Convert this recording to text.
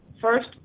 first